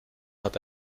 hat